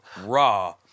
raw